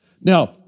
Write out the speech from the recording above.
Now